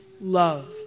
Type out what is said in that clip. Love